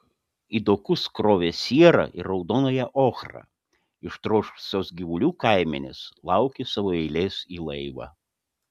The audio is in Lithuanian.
į dokus krovė sierą ir raudonąją ochrą ištroškusios gyvulių kaimenės laukė savo eilės į laivą